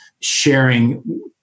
sharing